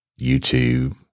YouTube